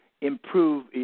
improve